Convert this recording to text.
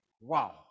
Wow